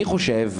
אני חושב,